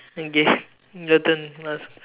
okay your turn ask